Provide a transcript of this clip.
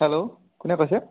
hello কোনে কৈছে